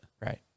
Right